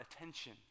attention